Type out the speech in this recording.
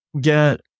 get